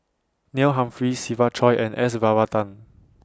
Neil Humphreys Siva Choy and S Varathan